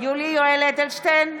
יולי יואל אדלשטיין,